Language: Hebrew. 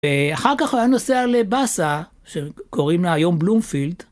‫ואחר כך היה נוסע לבסה, ‫שקוראים לה היום בלומפילד.